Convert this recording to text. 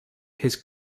his